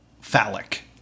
phallic